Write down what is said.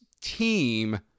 team